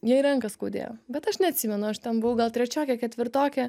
jai ranką skaudėjo bet aš neatsimenu aš ten buvau gal trečiokė ketvirtokė